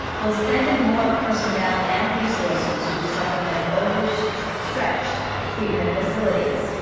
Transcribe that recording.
will send in more personnel and resources to supplement overstretched so overstretched treatment facilities.